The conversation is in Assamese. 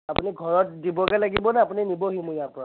আপুনি ঘৰত দিবগে লাগিব নে আপুনি নিবহি মোৰ ইয়াৰ পৰা